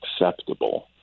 acceptable